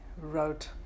wrote